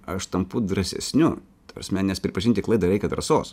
aš tampu drąsesniu ta prasme nes pripažinti klaidą reikia drąsos